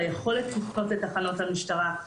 על היכולת לפנות לתחנות המשטרה,